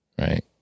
right